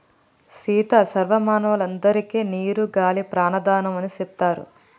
సీత సర్వ మానవులందరికే నీరు గాలి ప్రాణాధారం అని సెప్తారు